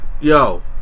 Yo